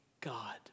God